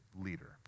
leader